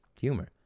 humor